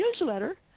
newsletter